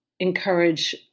encourage